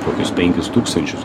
kokius penkis tūkstančius